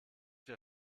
wir